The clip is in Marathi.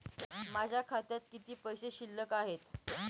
माझ्या खात्यात किती पैसे शिल्लक आहेत?